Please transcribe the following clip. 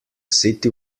city